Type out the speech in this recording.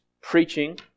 preaching